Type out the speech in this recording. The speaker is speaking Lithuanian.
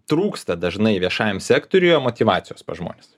trūksta dažnai viešajam sektoriuje motyvacijos žmonės